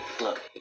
Look